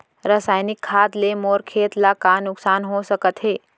रसायनिक खाद ले मोर खेत ला का नुकसान हो सकत हे?